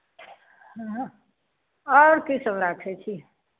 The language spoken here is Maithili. हँ आओर कीसभ राखै छी